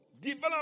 Develop